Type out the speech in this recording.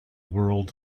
world